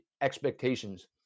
expectations